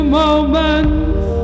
moments